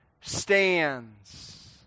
stands